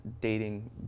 dating